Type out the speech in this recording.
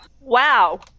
Wow